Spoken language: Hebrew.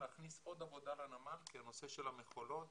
להכניס עוד עבודה לנמל כי הנושא של המכולות